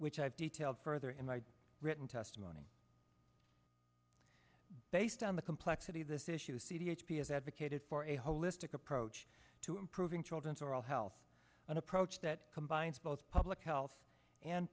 which i've detailed further in my written testimony based on the complexity of this issue cd h p s advocated for a holistic approach to improving children's oral health an approach that combines both public health and